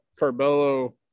Carbello